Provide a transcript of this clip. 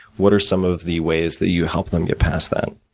what are some of the ways that you help them get past that?